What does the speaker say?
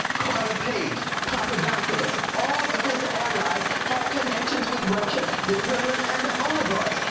carter page, papadopoulos, all of his allies have connections with russia, the kremlin, and the oligarchs?